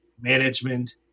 management